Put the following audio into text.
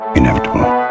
Inevitable